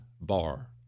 bar